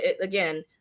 again